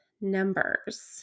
numbers